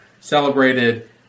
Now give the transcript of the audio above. celebrated